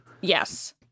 Yes